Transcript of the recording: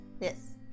Yes